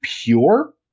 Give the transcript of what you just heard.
pure